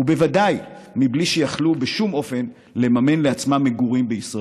ובוודאי בלי שיכלו בשום אופן לממן לעצמם מגורים בישראל.